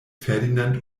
ferdinand